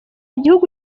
gihugu